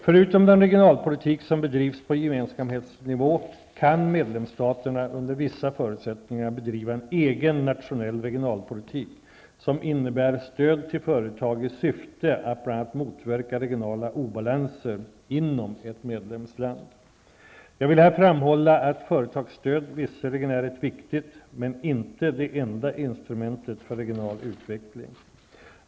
Förutom den regionalpolitik som bedrivs på gemenskapsnivå, kan medlemsstaterna, under vissa förutsättningar, bedriva en egen nationell regionalpolitik som innebär stöd till företag i syfte att bl.a. motverka regionala obalanser inom ett medlemsland. Jag vill här framhålla att företagsstöd visserligen är ett viktigt, men inte det enda instrumentet för regional utveckling.